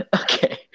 Okay